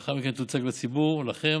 ולאחר מכן תוצג לציבור ולכם,